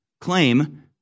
claim